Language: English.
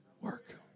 work